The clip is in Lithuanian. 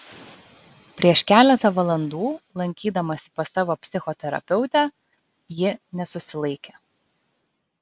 prieš keletą valandų lankydamasi pas savo psichoterapeutę ji nesusilaikė